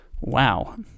Wow